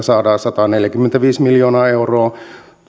saadaan sataneljäkymmentäviisi miljoonaa euroa